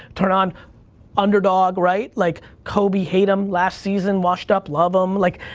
turn on underdog, right? like, kobe, hate him. last season, washed up, love him. like,